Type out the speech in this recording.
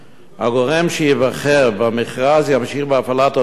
הגורם שייבחר במכרז ימשיך בהפעלת התוכנית